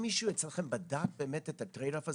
האם מישהו אצלכם בדק באמת את הטרייד-אוף הזה?